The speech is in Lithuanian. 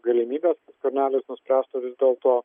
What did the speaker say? galimybės skvernelis nuspręstų vis dėlto